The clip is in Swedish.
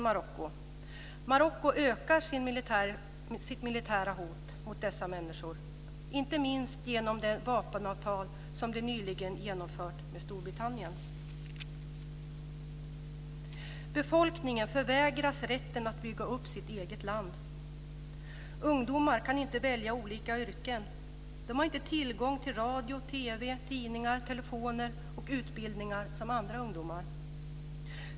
Marocko ökar sitt militära hot mot dessa människor, inte minst genom det vapenavtal landet nyligen genomfört med Storbritannien. Befolkningen förvägras rätten att bygga upp sitt eget land. Ungdomar kan inte välja olika yrken. De har inte tillgång till radio, TV, tidningar, telefoner och utbildningar som andra ungdomar.